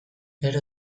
gero